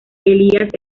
elías